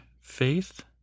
faith